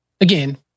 Again